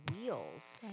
wheels